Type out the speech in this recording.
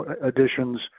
additions